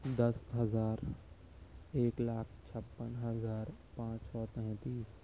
دس ہزار ایک لاکھ چھپن ہزار پانچ سو تینتیس